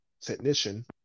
technician